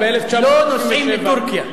לא נוסעים לטורקיה.